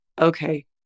Okay